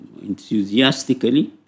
enthusiastically